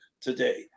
today